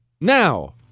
now